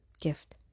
gift